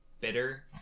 bitter